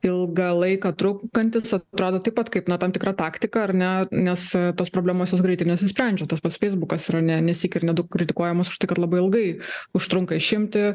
ilgą laiką trunkantis atrodo taip pat kaip na tam tikra taktika ar ne nes tos problemos jos greitai nesisprendžia tas pats feisbukas yra ne nesyk ir ne du kritikuojamas už tai kad labai ilgai užtrunka išimti